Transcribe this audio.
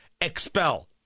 expel